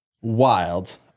wild